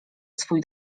swój